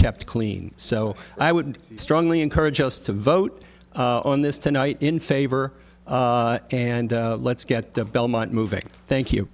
kept clean so i would strongly encourage us to vote on this tonight in favor and let's get the belmont moving thank you